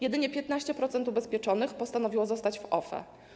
Jedynie 15% ubezpieczonych postanowiło zostać w OFE.